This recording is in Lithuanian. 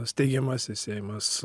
steigiamasis seimas